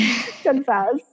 confess